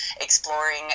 exploring